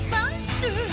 Monster